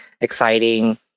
exciting